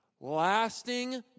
lasting